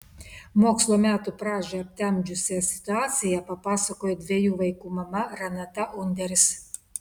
mokslo metų pradžią aptemdžiusią situaciją papasakojo dviejų vaikų mama renata underis